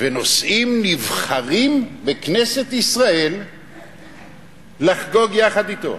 ונוסעים נבחרים מכנסת ישראל חגוג יחד אתו.